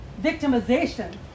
Victimization